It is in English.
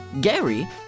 Gary